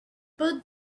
put